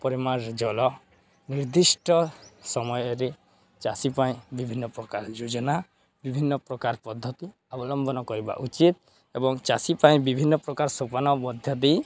ପରିମାଣରେ ଜଳ ନିର୍ଦ୍ଧିଷ୍ଟ ସମୟରେ ଚାଷୀ ପାଇଁ ବିଭିନ୍ନ ପ୍ରକାର ଯୋଜନା ବିଭିନ୍ନ ପ୍ରକାର ପଦ୍ଧତି ଅବଲମ୍ବନ କରିବା ଉଚିତ ଏବଂ ଚାଷୀ ପାଇଁ ବିଭିନ୍ନ ପ୍ରକାର ସୋପାନ ମଧ୍ୟ ଦେଇ